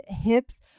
hips